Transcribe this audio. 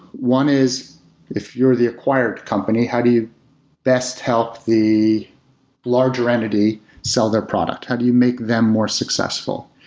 one is if you're the acquired company, how do you best help the larger entity sell their product? how do you make them more successful?